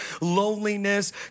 loneliness